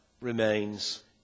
remains